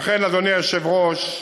למה אתה לא עושה?